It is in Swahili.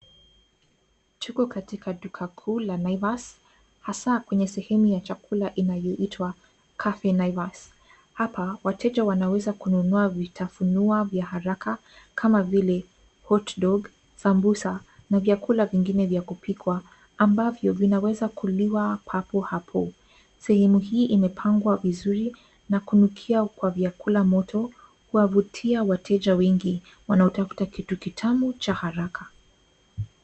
Tuko katika dukaa kuu ya Naivas hasa katika sehemu ya chakula inayoitwa cafe Naivas. Hapa wateja wanaweza kununua vitafunio vya haraka kama vile hotdog, sambusa na vyakula vingine vya kupikwa ambavyo vinaweza kuliwa papo hapo. Sehemu hii imepangwa vizuri na kunukia kwa vyakula moto kuwavutia wateja wengi wanaotafuta kitu kitamu cha haraka.